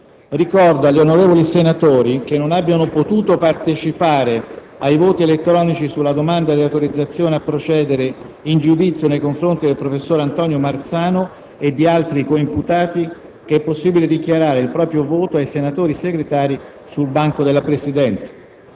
Ricordo agli onorevoli senatori che non abbiano potuto partecipare alle votazioni mediante procedimento elettronico sulla domanda di autorizzazione a procedere in giudizio nei confronti del professor Antonio Marzano e di altri coimputati che è possibile dichiarare il proprio voto ai senatori Segretari sul banco della Presidenza.